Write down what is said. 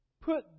Put